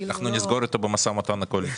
קיימת תוכנית לחינוך פיננסי של הרשות,